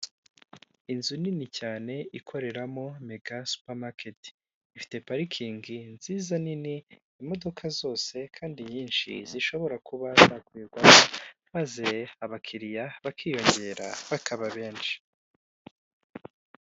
Inzu nini cyane ikoreramo mega supa maketi. Ifite parikingi nziza nini, imodoka zose kandi nyinshi zishobora kuba zakwirwamo, maze abakiriya bakiyongera bakaba benshi.